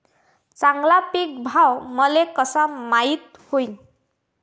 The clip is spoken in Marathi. चांगला पीक भाव मले कसा माइत होईन?